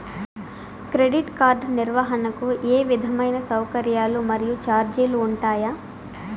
Credit card నిర్వహణకు ఏ విధమైన సౌకర్యాలు మరియు చార్జీలు ఉంటాయా?